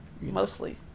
mostly